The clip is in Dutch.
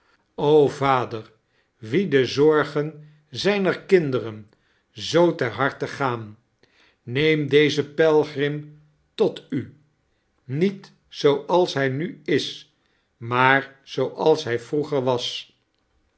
vader wien de zorgen zijner kindeiren zoo ter harte gaan neem dezen pelgrim tot u niet zooals hij nu is maar zooals hij vroeger was